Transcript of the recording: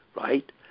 right